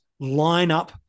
lineup